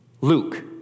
Luke